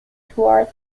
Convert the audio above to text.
toward